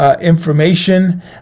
information